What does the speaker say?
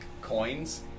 coins